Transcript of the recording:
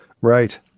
Right